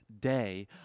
day